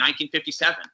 1957